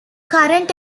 current